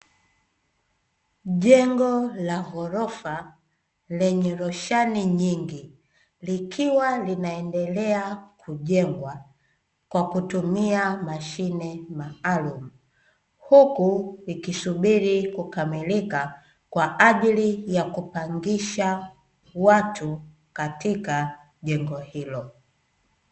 Jengo la ghorofa lenye roshani nyingi, likiwa linaendelea kujengwa kwa kutumia mashine maalumu huku ikisubiri kukamilika kwa ajili ya kupangisha watu katika jengo hilo.